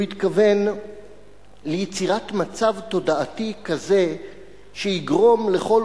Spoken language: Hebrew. הוא התכוון ליצירת מצב תודעתי כזה שיגרום לכל